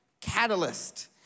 catalyst